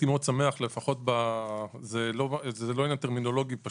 זה לא עניין טרמינולוגי.